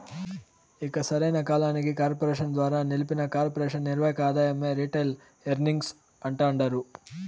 ఇక సరైన కాలానికి కార్పెరేషన్ ద్వారా నిలిపిన కొర్పెరేషన్ నిర్వక ఆదాయమే రిటైల్ ఎర్నింగ్స్ అంటాండారు